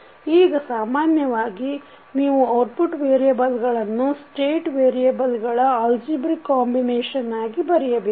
ಈಗ ಸಾಮಾನ್ಯವಾಗಿ ನೀವು ಔಟ್ಪುಟ್ ವೇರಿಯಬಲ್ಗಳನ್ನು ಸ್ಟೇಟ್ ವೇರಿಯಬಲ್ಗಳ ಅಝ್ಜಿಬ್ರಿಕ್ ಕಾಂಬಿನೇಷನ್ ಆಗಿ ಬರೆಯಬೇಕು